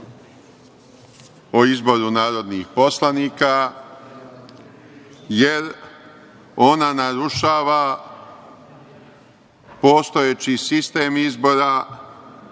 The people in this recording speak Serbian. o izboru narodnih poslanika, jer ona narušava postojeći sistem izbora